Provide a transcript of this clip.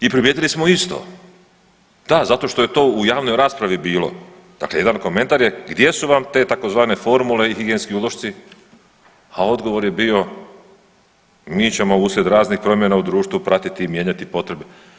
I primijetili smo isto, da zato što je to javnoj raspravi bilo, dakle jedan komentar je gdje su vam te tzv. formule i higijenski ulošci, a odgovor je mi ćemo uslijed raznih promjena u društvu pratiti i mijenjati potrebe.